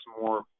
more